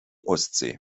ostsee